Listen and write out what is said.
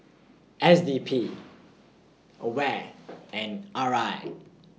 S D P AWARE and R I